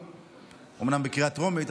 אומנם בקריאה טרומית,